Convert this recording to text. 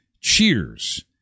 Cheers